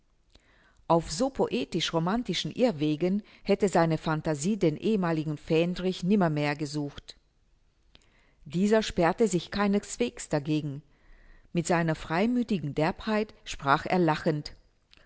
auf so poetisch romantischen irrwegen hätte seine phantasie den ehemaligen fähndrich nimmermehr gesucht dieser sperrte sich keinesweges dagegen mit seiner freimüthigen derbheit sprach er lachend